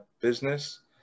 business